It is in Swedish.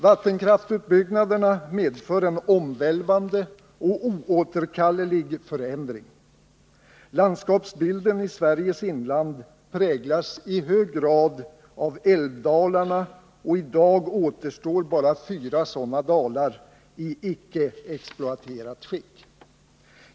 Vattenkraftsutbyggnaderna medför en omvälvande och oåterkallelig förändring. Landskapsbilden i Sveriges inland präglas i hög grad av älvdalarna, och i dag återstår bara fyra sådana dalar i icke-exploaterat skick.